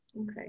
Okay